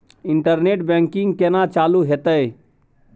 Internet banking केना चालू हेते?